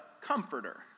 Comforter